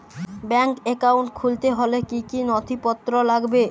Bank account খুলতে হলে কি কি নথিপত্র লাগবে?